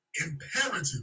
imperative